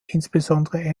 insbesondere